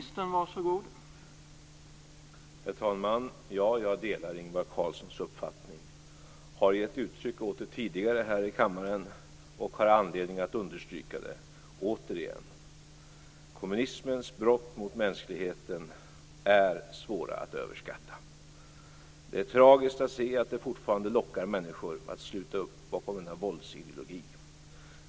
Herr talman! Ja, jag delar Ingvar Carlssons uppfattning, och jag har tidigare gett uttryck åt det i kammaren och har anledning att understryka det återigen. Kommunismens brott mot mänskligheten är svåra att överskatta. Det är tragiskt att se att det fortfarande lockar människor att sluta upp bakom denna våldsideologi.